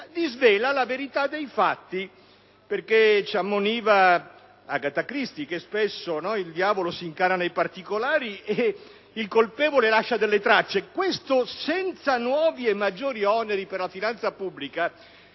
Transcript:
quindi la verita dei fatti. Ci ammoniva Aghata Christie che spesso il diavolo si incarna nei particolari ed il colpevole lascia delle tracce. Ebbene, la frase «senza nuovi e maggiori oneri per la finanza pubblica»,